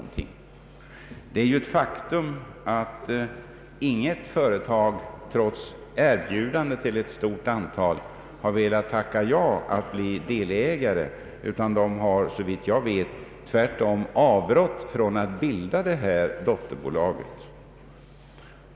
Det är ju ett faktum att inget företag, trots erbjudanden till ett stort antal, har velat tacka ja till att bli delägare. Företagen har såvitt jag vet tvärtom avrått från bildande av detta dotterbolag.